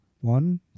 one